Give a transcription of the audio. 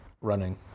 Running